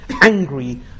angry